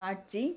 காட்சி